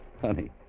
Honey